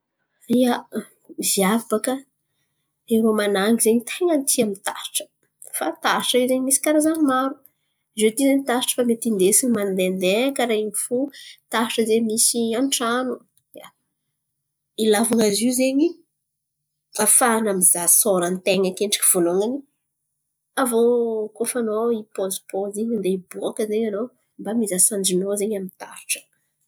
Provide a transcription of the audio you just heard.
Ia, viavy bôka irô man̈angy zen̈y ten̈a tia mitaratra fa taratra io zen̈y misy karazan̈y maro. Zio ty zen̈y ny taratra efa mety indesina mandehandeha karà in̈y fo taratra zen̈y misy an-tran̈o ia. Ilavan̈a zio zen̈y ahafahana mizaha sôran-ten̈a akendriky voalohany. Avô koa fa an̈ao ipôzipôzy in̈y ndeha hibôka zen̈y an̈ao mba mizaha sanjin̈ao zen̈y amin'ny taratra.